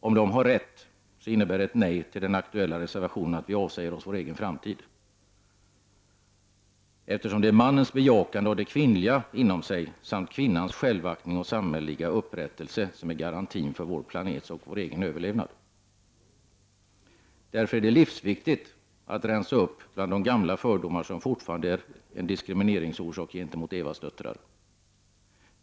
Om de har rätt, så innebär ett ”nej” till den aktuella reservationen att vi avsäger oss vår egen framtid, eftersom det är mannens bejakande av det kvinnliga inom sig samt kvinnans självaktning och samhälleliga upprättelse som är garantin för vår planets och vår egen överlevnad. Därför är det livsviktigt att rensa upp bland de gamla fördomar som fortfarande är en diskrimineringsorsak gentemot Evas döttrar.